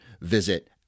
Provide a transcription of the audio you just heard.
visit